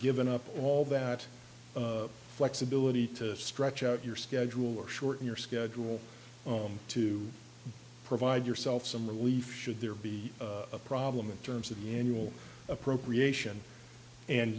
given up all that flexibility to stretch out your schedule or shorten your schedule to provide yourself some relief should there be a problem in terms of the annual appropriation and